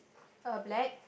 uh black